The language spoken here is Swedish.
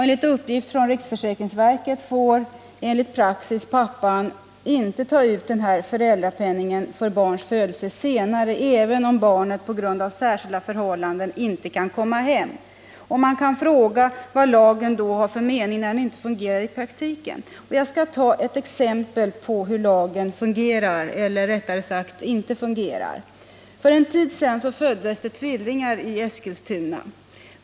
Enligt uppgift från riksförsäkringsverket är det praxis att pappan inte får ta ut denna föräldrapenning för barns födelse senare, även om barnet på grund av särskilda omständigheter inte kan komma hem. Man kan fråga sig vad det är för mening med lagen då den inte fungerar i praktiken. Jag skall ta ett exempel på hur lagen fungerar — eller rättare sagt inte fungerar. För en tid sedan föddes det tvillingar i Eskilstuna.